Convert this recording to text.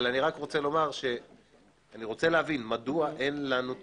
אני רוצה להבין מדוע אין לנו היכולת,